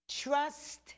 Trust